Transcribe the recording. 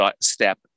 step